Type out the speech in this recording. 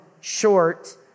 short